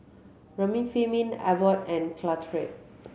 Remifemin Abbott and Caltrate